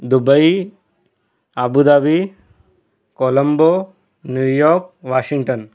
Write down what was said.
Dubai Abu Dhabi Colombo New York Washington